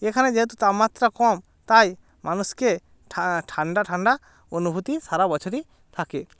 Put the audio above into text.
এখানে যেহেতু তাপমাত্রা কম তাই মানুষকে ঠান্ডা ঠান্ডা অনুভূতি সারা বছরই থাকে